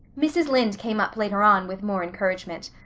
mrs. lynde came up later on with more encouragement.